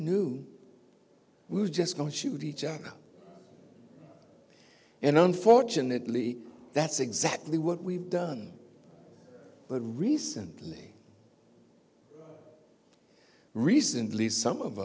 knew we were just going to shoot each other and unfortunately that's exactly what we've done but recently recently some of